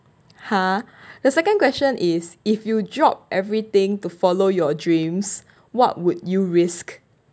!huh! the second question is if you drop everything to follow your dreams what would you risk